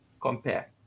compare